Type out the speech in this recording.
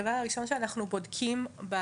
הדבר הראשון שאנחנו בודקים הוא